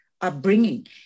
upbringing